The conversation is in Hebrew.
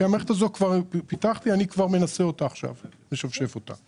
אני כבר מנסה אותה עכשיו, משפשף אותה,